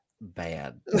bad